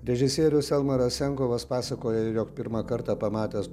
režisierius elmaras senkovas pasakoja jog pirmą kartą pamatęs